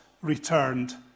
returned